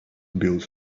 build